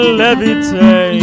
levitate